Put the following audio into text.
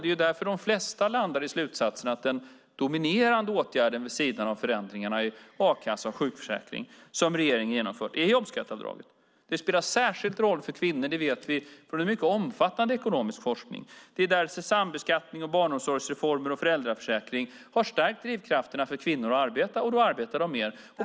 Det är därför de flesta landar i slutsatsen att den dominerande åtgärden vid sidan av förändringarna i a-kassa och sjukförsäkring som regeringen har genomfört är jobbskatteavdraget. Att det spelar en särskild roll för kvinnor vet vi från mycket omfattande ekonomisk forskning. Det är därför sambeskattnings och barnomsorgsreformer och föräldraförsäkring har stärkt drivkrafterna för kvinnor att arbeta, och då arbetar de mer.